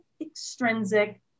extrinsic